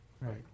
right